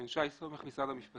אני ממשרד המשפטים.